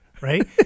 right